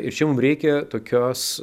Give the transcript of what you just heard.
ir čia mums reikia tokios